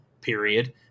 Period